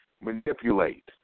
manipulate